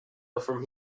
from